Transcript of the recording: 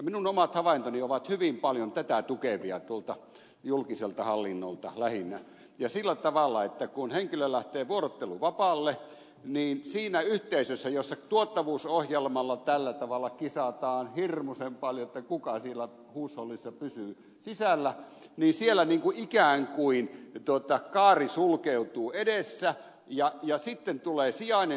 minun omat havaintoni ovat hyvin paljon tätä tukevia julkiselta hallinnolta lähinnä ja sillä tavalla että kun henkilö lähtee vuorotteluvapaalle niin siinä yhteisössä jossa tuottavuusohjelmalla tällä tavalla kisataan hirmuisen paljon kuka siellä huushollissa pysyy sisällä ikään kuin kaari sulkeutuu edessä ja sitten tulee sijainen